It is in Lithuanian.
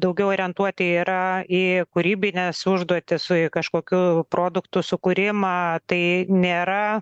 daugiau orientuoti yra į kūrybines užduotis su kažkokių produktų sukūrimą tai nėra